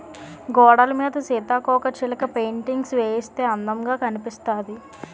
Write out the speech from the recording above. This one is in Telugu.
గోడలమీద సీతాకోకచిలక పెయింటింగ్స్ వేయిస్తే అందముగా కనిపిస్తాది